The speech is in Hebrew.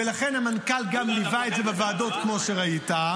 ולכן המנכ"ל גם ליווה את זה בוועדות, כמו שראית.